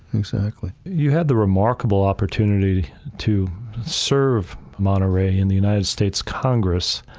exactly. you had the remarkable opportunity to serve monterrey in the united states congress,